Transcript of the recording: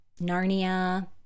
narnia